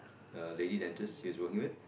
the lady dentist he's working with